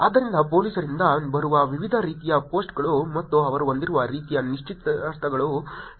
ಆದ್ದರಿಂದ ಪೊಲೀಸರಿಂದ ಬರುವ ವಿವಿಧ ರೀತಿಯ ಪೋಸ್ಟ್ಗಳು ಮತ್ತು ಅವರು ಹೊಂದಿರುವ ರೀತಿಯ ನಿಶ್ಚಿತಾರ್ಥಗಳು ಇಲ್ಲಿವೆ